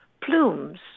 plumes